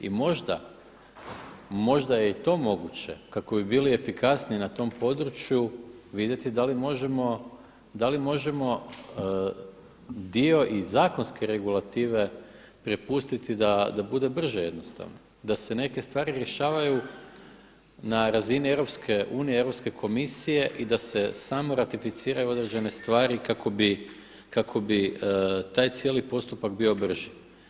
I možda, možda je i to moguće kako bi bili efikasniji na tom području vidjeti da li možemo dio i zakonske regulative prepustiti da bude brže jednostavno, da se neke stvari rješavaju na razini EU, Europske komisije i da se samo ratificiraju određene stvari kako bi taj cijeli postupak bio brži.